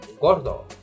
gordo